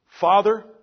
Father